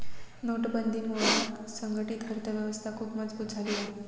नोटबंदीमुळा संघटीत अर्थ व्यवस्था खुप मजबुत झाली हा